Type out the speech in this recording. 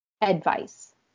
advice